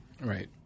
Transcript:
Right